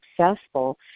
successful